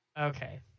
Okay